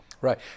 Right